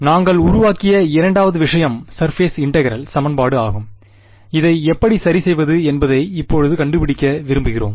நாங்கள் உருவாக்கிய இரண்டாவது விஷயம் சர்பேஸ் இன்டெகிரெல் சமன்பாடு ஆகும் இதை எப்படி சரிசெய்வது என்பதை இப்போது கண்டுபிடிக்க விரும்புகிறோம்